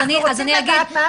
אנחנו רוצים לדעת מה המתווה.